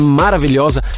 maravilhosa